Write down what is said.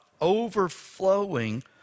overflowing